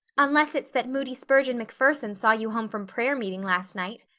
unless it's that moody spurgeon macpherson saw you home from prayer meeting last night.